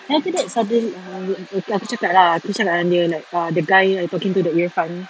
then after that sudden~ aku cakap lah aku cakap dengan dia like uh the guy I talking to that irfan